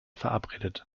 verabredet